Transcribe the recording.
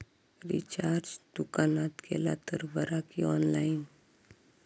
Recharge दुकानात केला तर बरा की ऑनलाइन?